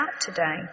today